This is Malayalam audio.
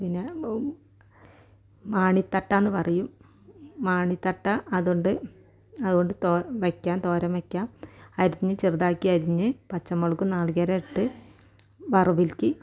പിന്നെ മാണിത്തട്ടയെന്ന് പറയും മാണിത്തട്ട അതുണ്ട് അതുകൊണ്ട് വയ്ക്കാം തോരൻ വയ്ക്കാം അരിഞ്ഞ് ചെറുതാക്കി അരിഞ്ഞ് പച്ചമുളകും നാളികേരവുമിട്ട് വറവിലേക്ക്